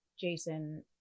Jason